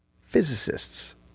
physicists